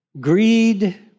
greed